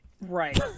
Right